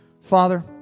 Father